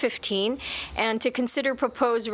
fifteen and to consider propose